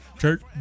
Church